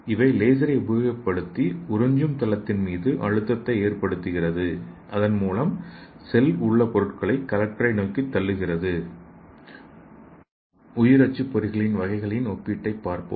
இவை லேசரை உபயோகப்படுத்தி உறிஞ்சும் தளத்தின் மீது அழுத்தத்தை ஏற்படுத்துகிறது இதன் மூலம் செல் உள்ள பொருளை கலெக்டர் நோக்கி தள்ளுகிறது உயிர் அச்சுப்பொறிகளின் வகைகளின் ஒப்பீட்டைப் பார்ப்போம்